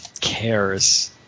cares